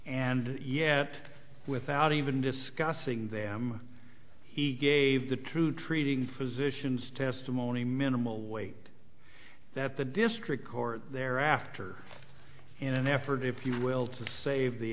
and yet without even discussing them he gave the true treating physicians testimony minimal weight that the district court thereafter in an effort if you will to save the